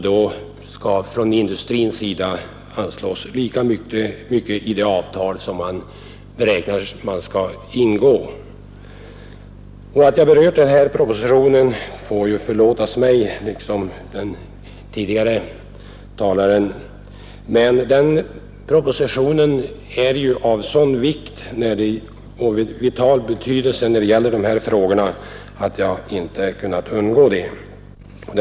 Då skall från industrins sida anslås lika mycket enligt det avtal som man beräknar att man skall ingå. Det får förlåtas mig att jag berört denna proposition, liksom den tidigare talaren gjorde, men den är ju av sådan vital betydelse när det gäller de här frågorna att jag inte har kunnat underlåta det.